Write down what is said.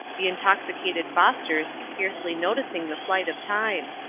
the intoxicated fosters scarcely noticing the flight of time.